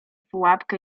pułapkę